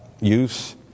use